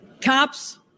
Cops